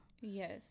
yes